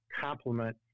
complement